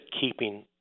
keeping